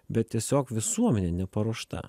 bet tiesiog visuomenė neparuošta